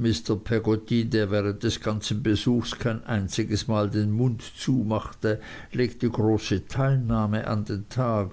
mr peggotty der während des ganzen besuchs kein einziges mal den mund zumachte legte große teilnahme an den tag